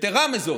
יתרה מזו,